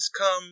come